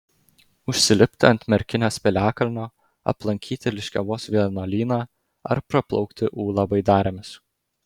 užsilipti ant merkinės piliakalnio aplankyti liškiavos vienuolyną ar praplaukti ūlą baidarėmis